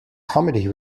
comedy